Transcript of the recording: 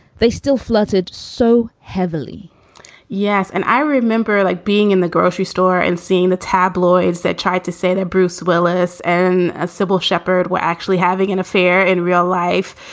they still flirted so heavily yes. and i remember like being in the grocery store and seeing the tabloids that tried to say that bruce willis and ah sybil shepard were actually having an affair in real life,